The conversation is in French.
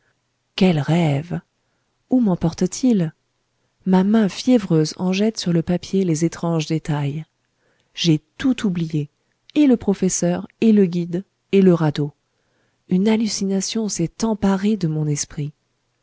quel rêve où memporte t il ma main fiévreuse en jette sur le papier les étranges détails j'ai tout oublié et le professeur et le guide et le radeau une hallucination s'est emparée de mon esprit